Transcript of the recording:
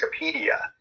Wikipedia